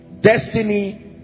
destiny